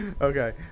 okay